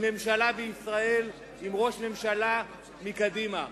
עם ממשלה בישראל, עם ראש ממשלה מקדימה?